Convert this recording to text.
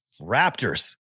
Raptors